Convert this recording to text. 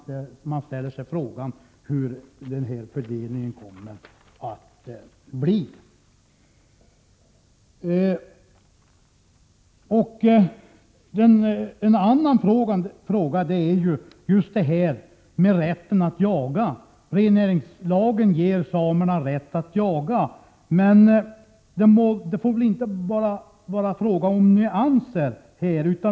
Man frågar sig hur fördelningen kommer att bli. En annan fråga gäller rätten att jaga. Rennäringslagen ger samerna rätt att jaga. Men det får väl inte bara bli en fråga om nyanser.